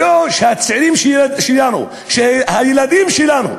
שהצעירים שלנו, שהילדים שלנו,